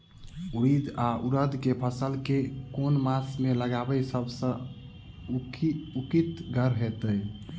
उड़ीद वा उड़द केँ फसल केँ मास मे लगेनाय सब सऽ उकीतगर हेतै?